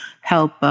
help